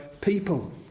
people